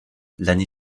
l’année